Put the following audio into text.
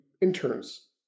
interns